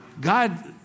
God